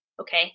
okay